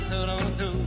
Toronto